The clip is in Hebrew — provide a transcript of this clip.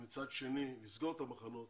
ומצד אחר לסגור את המחנות